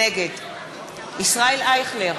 נגד ישראל אייכלר,